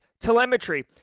telemetry